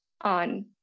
on